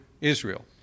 Israel